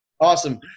Awesome